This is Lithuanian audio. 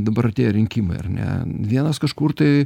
dabar artėja rinkimai ar ne vienas kažkur tai